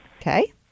Okay